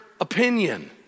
opinion